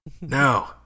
No